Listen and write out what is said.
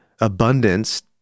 abundance